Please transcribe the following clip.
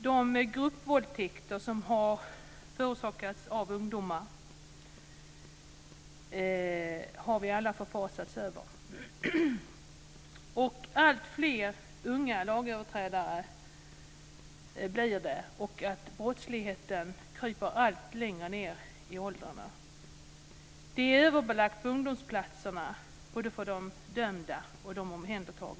De gruppvåldtäkter som har förorsakats av ungdomar har vi alla förfasats över. Det blir alltfler unga lagöverträdare, och brottsligheten kryper allt längre ned i åldrarna. Det är överbelagt på ungdomsplatserna, både för de dömda och för de omhändertagna.